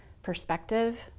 perspective